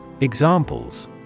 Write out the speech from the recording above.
Examples